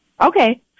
Okay